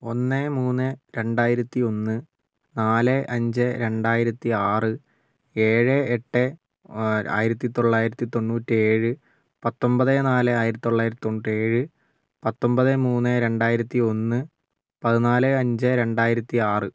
ഒന്ന് മൂന്ന് രണ്ടായിരത്തി ഒന്ന് നാല് അഞ്ച് രണ്ടായിരത്തി ആറ് ഏഴ് എട്ട് ആയിരത്തി തൊള്ളായിരത്തി തൊണ്ണൂറ്റി ഏഴ് പത്തൊൻപത് നാല് ആയിരത്തി തൊള്ളായിരത്തി തൊണ്ണൂറ്റി ഏഴ് പത്തൊൻപത് മൂന്ന് രണ്ടായിരത്തി ഒന്ന് പതിനാല് അഞ്ച് രണ്ടായിരത്തി ആറ്